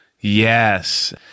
Yes